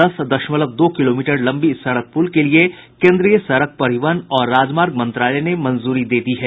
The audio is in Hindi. दस दशमलव दो किलोमीटर लंबी इस सड़क पुल के लिए केन्द्रीय सड़क परिवहन और राजमार्ग मंत्रालय ने मंजूरी दे दी है